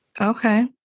Okay